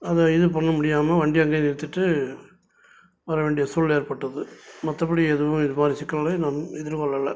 அதை எதுவும் பண்ணமுடியாமல் வண்டியை அங்கேயே நிறுத்திவிட்டு வர வேண்டிய சூழ்நிலை ஏற்பட்டது மற்றப்படி எதுவும் இதுமாதிரி சிக்கலையும் நான் எதிர்கொள்ளலை